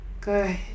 good